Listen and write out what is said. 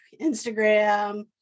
Instagram